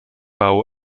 bau